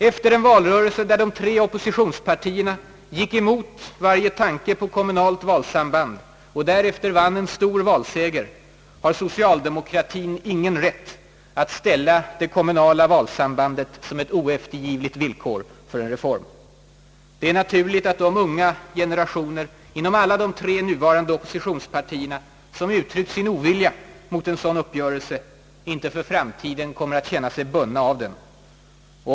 Efter en valrörelse där de tre oppositionspartierna gick emot varje tanke på kommunalt valsamband och därefter vann en stor valseger har socialdemokratien ingen rätt att ställa det kommunala valsambandet som ett oeftergivligt villkor för en reform. Det är naturligt att de unga generationer inom alla de tre nuvarande oppositions partierna, som uttryckt sin ovilja mot en sådan uppgörelse, inte för framtiden kommer att känna sig bundna av den.